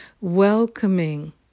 welcoming